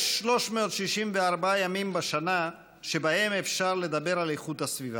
יש 364 ימים בשנה שבהם אפשר לדבר על איכות הסביבה,